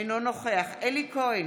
אינו נוכח אלי כהן,